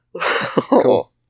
Cool